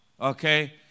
okay